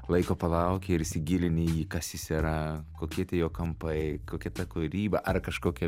laiko palauki ir įsigilini į jį kas jis yra kokie tie jo kampai kokia ta kūryba ar kažkokia